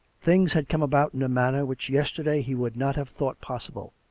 things had come about in a manner which yesterday he would not have thought possible.